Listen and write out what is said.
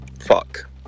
fuck